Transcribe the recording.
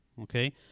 okay